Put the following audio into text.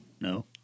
No